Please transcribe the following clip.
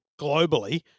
globally